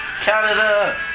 Canada